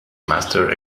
master